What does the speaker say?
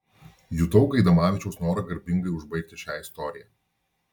jutau gaidamavičiaus norą garbingai užbaigti šią istoriją